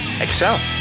excel